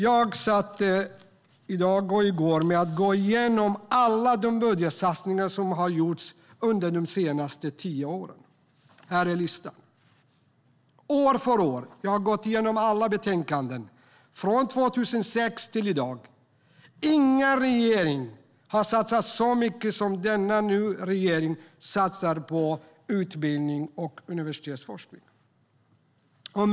I går och under dagen i dag har jag gått igenom alla budgetsatsningar som gjorts de senaste tio åren. Jag visar nu listan för kammarens ledamöter. Jag har gått igenom alla betänkanden från 2006 till i dag. Ingen regering har satsat så mycket som denna regering nu satsar på utbildning och universitetsforskning.